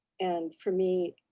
and for me,